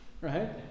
Right